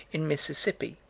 in mississippi,